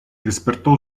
despertó